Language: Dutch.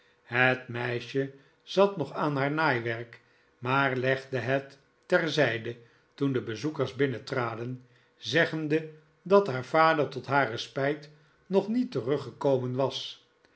het meisje zat nog aan haar naaiwerk maar legde het ter zijde toen de bezoekers binnentraden zeggende dat haar vader tot hare spijt nog niet teruggekomen was